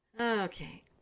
Okay